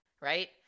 right